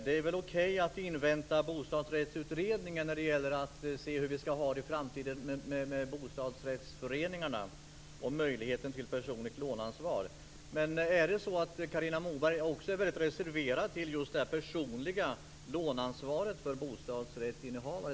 Det är nog okej att invänta Bostadsrättsutredningen när det gäller att se hur vi skall ha det i framtiden med bostadsrättsföreningarna och möjligheten till personligt låneansvar. Är Carina Moberg också väldigt reserverad vad gäller detta med personligt låneansvar för bostadsrättsinnehavare?